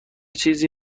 چیزی